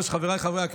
בסדר-היום: